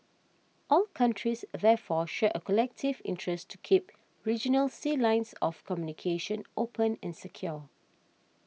all countries therefore share a collective interest to keep regional sea lines of communication open and secure